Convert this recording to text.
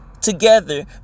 together